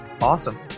Awesome